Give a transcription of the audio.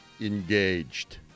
engaged